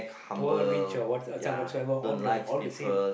poor rich or what some what so ever all the all the same